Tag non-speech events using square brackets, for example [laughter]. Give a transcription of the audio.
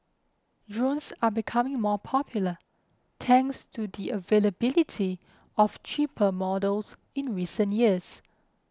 [unintelligible] are becoming more popular thanks to the availability of cheaper models in recent years